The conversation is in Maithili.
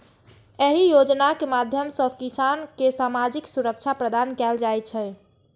एहि योजनाक माध्यम सं किसान कें सामाजिक सुरक्षा प्रदान कैल जाइ छै